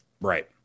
Right